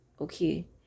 okay